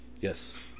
Yes